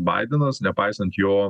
baidenas nepaisant jo